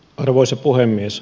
arvoisa puhemies